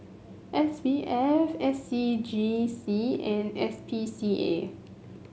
S B F S C G C and S P C A